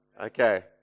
Okay